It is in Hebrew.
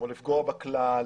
או לפגוע בכלל,